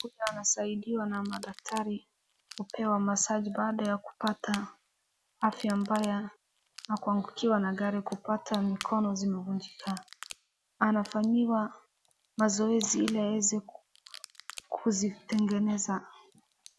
Mgonjwa anasaidiwa na madaktari, kupewa massage baada ya kupata afya mbaya na kuagukiwa na gari, kupata mikono zimevunjika anafanyiwa mazoezi ili aweze kuzitengeneza.